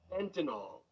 fentanyl